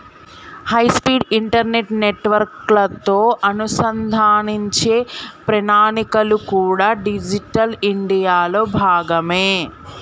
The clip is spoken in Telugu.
హైస్పీడ్ ఇంటర్నెట్ నెట్వర్క్లతో అనుసంధానించే ప్రణాళికలు కూడా డిజిటల్ ఇండియాలో భాగమే